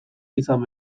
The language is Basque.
izan